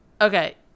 okay